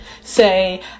say